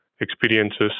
experiences